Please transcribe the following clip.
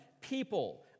people